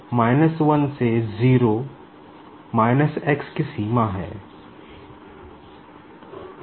इसलिए 1 से 0 x की सीमा है